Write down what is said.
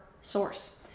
source